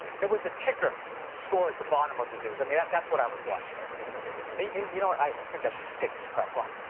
there was a ticker score at the bottom of the news i mean that's what i was watching and you you know i think i should take this crap off.